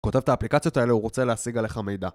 כותב את האפליקציות האלה, הוא רוצה להשיג עליך מידע